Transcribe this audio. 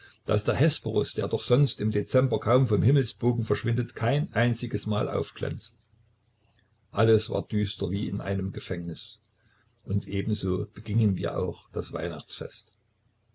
daß der hesperus der doch sonst im dezember kaum vom himmelsbogen verschwindet kein einziges mal aufglänzt alles war düster wie in einem gefängnis und ebenso begingen wir auch das weihnachtsfest